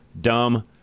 dumb